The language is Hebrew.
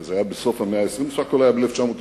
זה היה בסוף המאה ה-20, בסך הכול ב-1998.